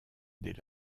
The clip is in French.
des